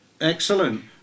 Excellent